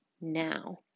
now